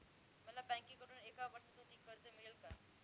मला बँकेकडून एका वर्षासाठी कर्ज मिळेल का?